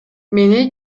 мени